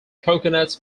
coconuts